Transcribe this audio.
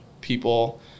people